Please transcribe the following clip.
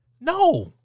no